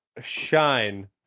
shine